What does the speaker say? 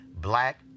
black